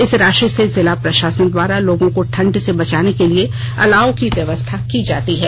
इस राशि से जिला प्रशासन द्वारा लोगों को ठंड से बचाने के लिए अलाव की व्यवस्था की जाती है